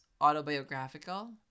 autobiographical